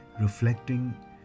reflecting